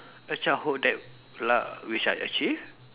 a childhood that la~ which I achieve